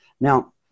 Now